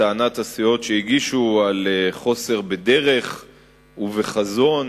לטענת הסיעות שהגישו, על חוסר בדרך ובחזון